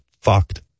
fucked